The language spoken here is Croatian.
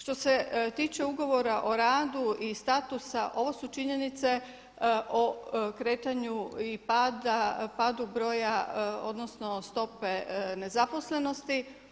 Što se tiče ugovora o radu i statusa ovo su činjenice o kretanju i padu broja, odnosno stope nezaposlenosti.